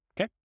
Okay